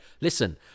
listen